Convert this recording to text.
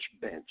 bench